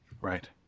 Right